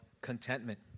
contentment